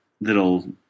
little